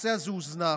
הנושא הזה הוזנח.